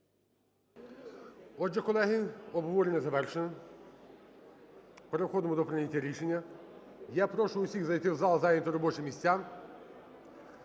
Отже, колеги, обговорення завершене, переходимо до прийняття рішення. Я прошу усіх зайти в зал, зайняти робочі місця.